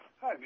Hi